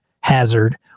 hazard